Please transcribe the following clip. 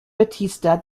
batista